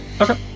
Okay